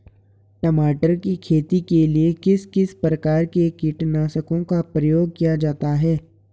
टमाटर की खेती के लिए किस किस प्रकार के कीटनाशकों का प्रयोग किया जाता है?